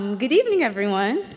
um good evening everyone.